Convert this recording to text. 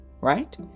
right